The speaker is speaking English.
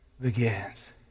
begins